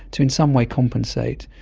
to in some way compensate.